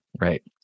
Right